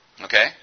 Okay